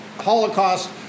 holocaust